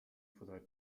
faudrait